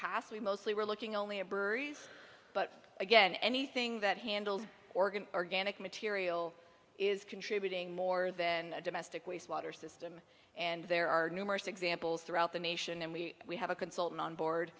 past we mostly were looking only a bird but again anything that handled organ organic material is contributing more than a domestic waste water system and there are numerous examples throughout the nation and we have a consultant on board